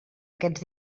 aquests